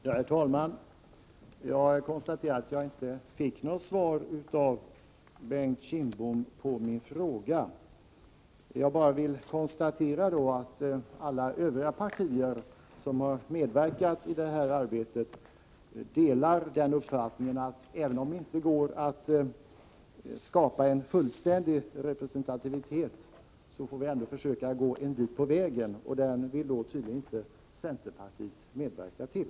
Herr talman! Jag fick inget svar av Bengt Kindbom på min fråga. Jag vill bara konstatera att alla övriga partier som har medverkat i detta arbete delar uppfattningen, att även om det inte går att skapa en fullständig representativitet, så får vi ändå försöka gå en bit på vägen. Men det vill tydligen inte centerpartiet medverka till.